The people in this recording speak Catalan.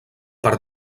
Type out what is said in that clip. per